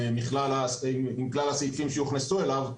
עם כלל הסעיפים שיוכנסו אליו.